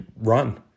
run